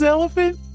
Elephant